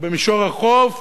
ובמישור החוף